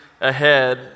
ahead